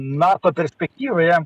nato perspektyvoje